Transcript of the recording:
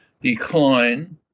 decline